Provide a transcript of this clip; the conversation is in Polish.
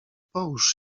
połóż